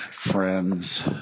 friends